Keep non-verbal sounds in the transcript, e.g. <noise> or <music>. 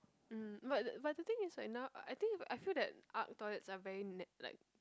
mm but <noise> but the thing is like now I think I I feel that Arc toilets are very na~ like